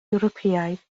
ewropeaidd